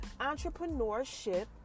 entrepreneurship